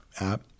app